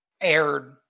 aired